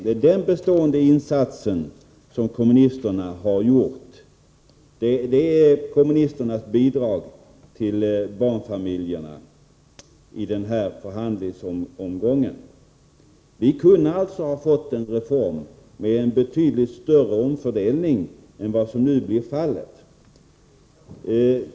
Det är den bestående insats som kommunisterna har gjort, det är kommunisternas bidrag till barnfamiljerna i den här förhandlingsomgången. Vi kunde alltså ha fått en reform med betydligt större omfördelning än som nu blev fallet.